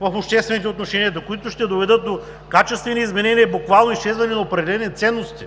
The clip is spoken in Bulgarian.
в обществените отношения, които ще доведат до качествени изменения, буквално до изчезване на определени ценности.